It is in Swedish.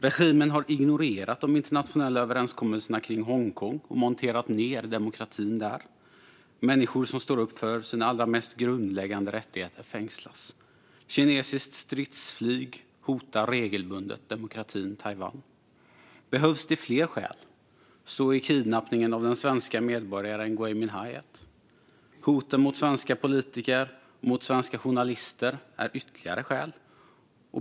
Regimen har ignorerat de internationella överenskommelserna kring Hongkong och monterat ned demokratin där. Människor som står upp för sina allra mest grundläggande rättigheter fängslas. Kinesiskt stridsflyg hotar regelbundet demokratin Taiwan. Behövs det fler skäl så är kidnappningen av den svenska medborgaren Gui Minhai ett. Hoten mot svenska politiker och mot svenska journalister är ytterligare skäl.